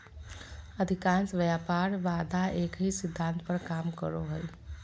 अधिकांश व्यापार बाधा एक ही सिद्धांत पर काम करो हइ